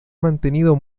mantenido